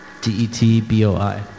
D-E-T-B-O-I